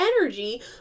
energy